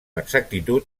exactitud